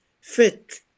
fit